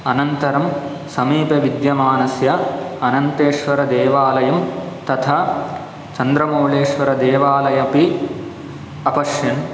अनन्तरं समीपे विद्यमानस्य अनन्तेश्वरदेवालयं तथा चन्द्रमौळेश्वरदेवालय अपि अपश्यन्